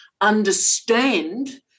understand